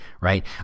right